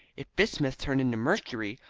if bismuth turned into mercury,